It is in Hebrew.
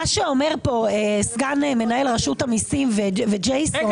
פה סגן מנהל רשות המיסים וג'ייסון,